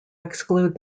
exclude